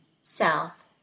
south